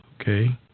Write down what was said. okay